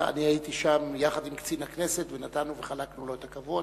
אני הייתי שם יחד עם קצין הכנסת ונתנו וחלקנו לו את הכבוד,